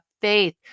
faith